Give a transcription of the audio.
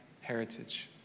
heritage